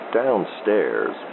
downstairs